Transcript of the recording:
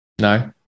No